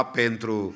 pentru